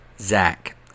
Zach